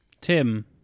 Tim